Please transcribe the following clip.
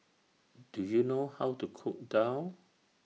Do YOU know How to Cook Daal